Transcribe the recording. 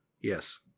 Yes